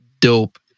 dope